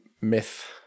myth